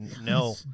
no